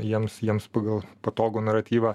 jiems jiems pagal patogų naratyvą